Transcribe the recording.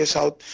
South